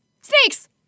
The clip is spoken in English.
Snakes